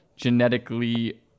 Genetically